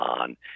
on –